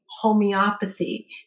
homeopathy